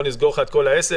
לא נסגור לך את כל העסק,